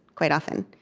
quite often.